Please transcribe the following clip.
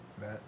Matt